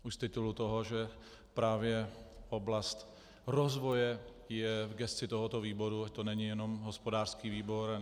Už z titulu toho, že právě oblast rozvoje je v gesci tohoto výboru, že to není jenom hospodářský výbor.